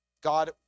God